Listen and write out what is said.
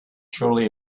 surely